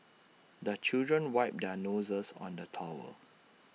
the children wipe their noses on the towel